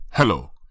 Hello